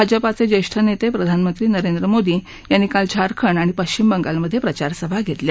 भाजपाचे ज्येष्ठ नेते आणि प्रधानमंत्री नरेंद्र मोदी यांनी काल झारखंड आणि पश्चिम बंगालमधे प्रचारसभा घेतल्या